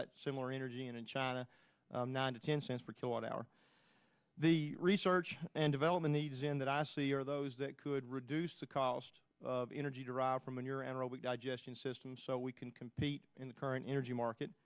that similar energy and in china nine to ten cents per kilowatt hour the research and development needs in that assay are those that could reduce the cost of energy derived from your anaerobic digestion system so we can compete in the current energy market